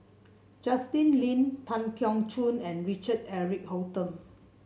Justin Lean Tan Keong Choon and Richard Eric Holttum